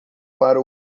para